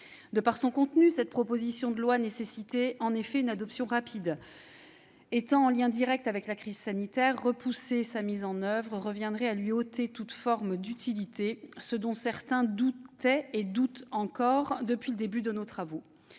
De par son contenu, cette proposition de loi nécessitait en effet une adoption rapide : étant en lien direct avec la crise sanitaire, repousser sa mise en oeuvre reviendrait à lui ôter toute forme d'utilité, utilité dont certains doutent déjà depuis le début de nos travaux